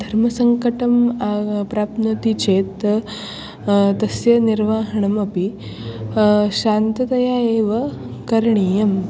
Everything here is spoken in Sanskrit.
धर्मसङ्कटं प्राप्नोति चेत् तस्य निर्वहणम् अपि शान्ततया एव करणीयम्